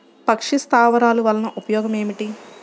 పక్షి స్థావరాలు వలన ఉపయోగం ఏమిటి?